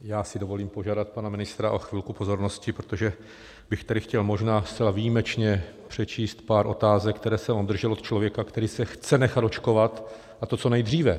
Já si dovolím požádat pana ministra o chvilku pozornosti, protože bych tady chtěl možná zcela výjimečně přečíst pár otázek, které jsem obdržel od člověka, který se chce nechat očkovat, a to co nejdříve.